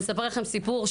אני אספר לכם סיפור,